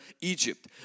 Egypt